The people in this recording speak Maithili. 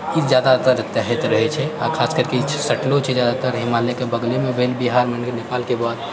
ई जादातर एतऽ हैत रहैत छै आ खास करिके ई सटलो छै जादातर हिमालयके बगलेमे बिहार नेपालके बाद